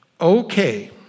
Okay